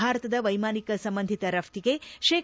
ಭಾರತದ ವೈಮಾನಿಕ ಸಂಬಂಧಿತ ರಫ್ತಿಗೆ ಶೇ